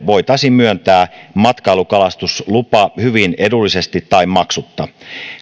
voitaisiin myöntää matkailukalastuslupa hyvin edullisesti tai maksutta